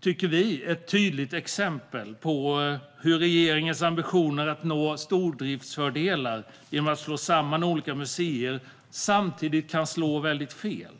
tycker vi är ett tydligt exempel på hur regeringens ambitioner att nå stordriftsfördelar genom att slå samman olika museer kan slå väldigt fel.